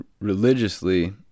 religiously